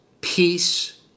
Peace